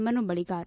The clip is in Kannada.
ಮನುಬಳಿಗಾರ್